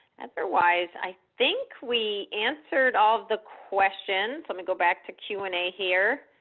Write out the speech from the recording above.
otherwise, i think we answered all the questions. let me go back to q and a here.